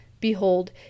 behold